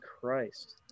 Christ